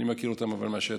אבל אני מכיר אותם מהשטח.